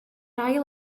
ail